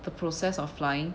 the process of flying